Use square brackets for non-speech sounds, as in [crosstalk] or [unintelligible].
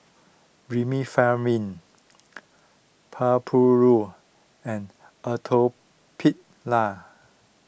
Remifemin [unintelligible] and Atopiclair